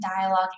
dialogue